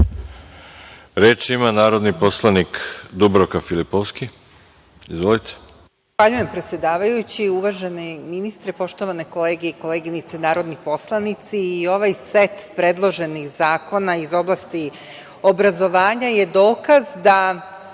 Reč ima narodni poslanik Dubravka Filipovski. Izvolite. **Dubravka Filipovski** Gospodine predsedavajući, uvaženi ministre, poštovane kolege i koleginice narodni poslanici, ovaj set predloženih zakona iz oblasti obrazovanja je dokaz da